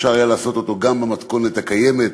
אפשר היה לעשות אותו גם במתכונת הקיימת,